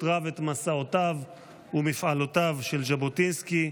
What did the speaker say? רב את מסעותיו ומפעלותיו של ז'בוטינסקי,